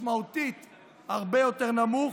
משמעותית הרבה יותר נמוך,